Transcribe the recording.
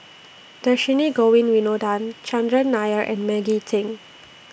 Dhershini Govin Winodan Chandran Nair and Maggie Teng